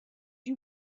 you